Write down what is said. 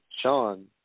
Sean